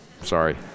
Sorry